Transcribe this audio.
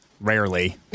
Rarely